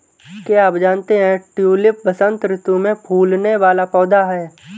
क्या आप जानते है ट्यूलिप वसंत ऋतू में फूलने वाला पौधा है